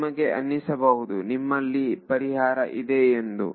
ನಿಮಗೆ ಅನಿಸಬಹುದು ನಿಮ್ಮಲ್ಲಿ ಪರಿಹಾರ ಇದೆ ಎಂದು